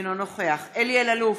אינו נוכח אלי אלאלוף,